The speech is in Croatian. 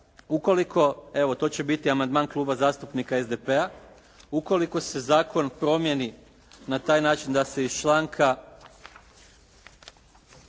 ukoliko, evo to će biti amandman Kluba zastupnika SDP-a. Ukoliko se zakon promijeni na taj način da se iz članka 2.